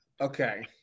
Okay